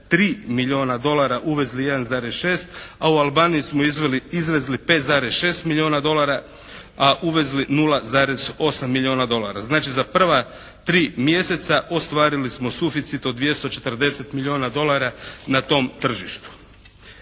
0,3 milijuna dolara, uvezli 1,6 a u Albaniju smo izvezli 5,6 milijuna dolara, a uvezli 0,8 milijuna dolara. Znači, za prva tri mjeseca ostvarili smo suficit od 240 milijuna dolara na tom tržištu.